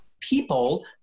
people